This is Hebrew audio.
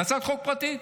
על הצעת חוק פרטית.